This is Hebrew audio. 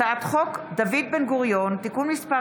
הצעת חוק דוד בן-גוריון (תיקון מס'